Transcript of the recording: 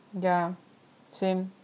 yeah same